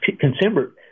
consumer